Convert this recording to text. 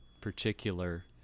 particular